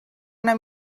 una